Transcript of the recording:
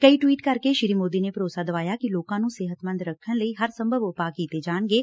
ਕਈ ਟਵੀਟ ਕਰਕੇ ਸ੍ਰੀ ਮੋਦੀ ਨੇ ਭਰੋਸਾ ਦਵਾਇਆ ਕਿ ਲੋਕਾਂ ਨੂੰ ਸਿਹਤਮੰਦ ਰੱਖਣ ਲਈ ਹਰ ਸੰਭਵ ਉਪਾਅ ਕੀਤੇ ਜਾਣਗੇ